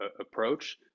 approach